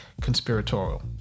conspiratorial